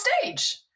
stage